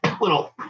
little